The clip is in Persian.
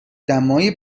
دمای